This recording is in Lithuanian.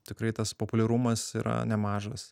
tikrai tas populiarumas yra nemažas